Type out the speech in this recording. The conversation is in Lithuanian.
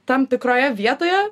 tam tikroje vietoje